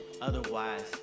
Otherwise